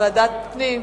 ועדת פנים?